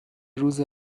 روز